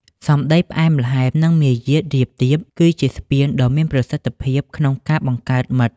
សម្ដីផ្អែមល្ហែម និងមារយាទរាបទាប គឺជាស្ពានដ៏មានប្រសិទ្ធភាពក្នុងការបង្កើតមិត្ត។